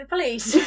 Please